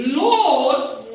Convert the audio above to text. lords